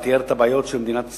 תיאר את הבעיות של מדינת ישראל,